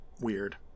weird